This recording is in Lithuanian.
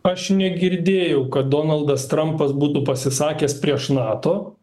aš negirdėjau kad donaldas trampas būtų pasisakęs prieš nato